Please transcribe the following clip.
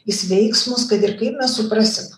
jis veiks mus kad ir kaip mes suprasim